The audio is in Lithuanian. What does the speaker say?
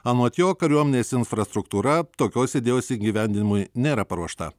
anot jo kariuomenės infrastruktūra tokios idėjos įgyvendinimui nėra paruošta